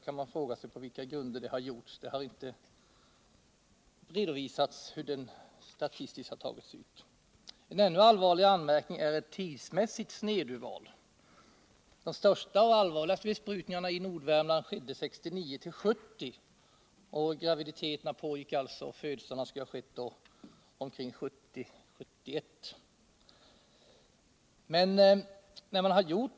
Man kan fråga sig på vilka grunder urvalet har skett. Någon statistisk redovisning av intervjuundersökningarna finns inte. För det tredje har vi den ännu allvarligare anmärkningen mot det tidsmässiga snedurvalet. De största och allvarligaste besprutningarna i Nordvärmland genomfördes åren 1969-1970. De aktuella graviditeterna och födslarna skulle alltså ha kommit i fråga åren 1970-1971.